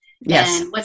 Yes